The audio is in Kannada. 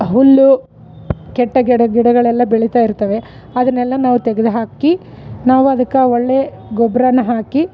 ಹುಲ್ಲು ಕೆಟ್ಟ ಗಿಡ ಗಿಡಗಳೆಲ್ಲ ಬೆಳೀತಾ ಇರ್ತವೆ ಅದನ್ನೆಲ್ಲ ನಾವು ತೆಗ್ದು ಹಾಕಿ ನಾವು ಅದಕ್ಕೆ ಒಳ್ಳೇ ಗೊಬ್ಬರ ಹಾಕಿ